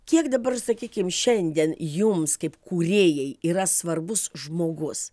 kiek dabar sakykim šiandien jums kaip kūrėjai yra svarbus žmogus